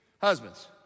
Husbands